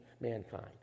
mankind